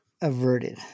Averted